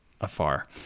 afar